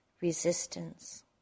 resistance